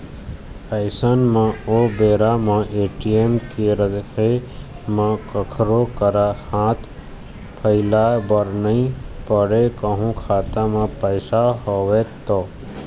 अइसन म ओ बेरा म ए.टी.एम के रहें म कखरो करा हाथ फइलाय बर नइ पड़य कहूँ खाता म पइसा हवय त